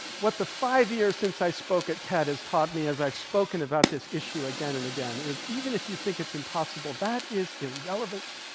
what the five years since i spoke at ted has taught me as i've spoken about this issue again and again is, even if you think it's impossible, that is irrelevant.